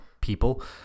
people